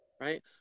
right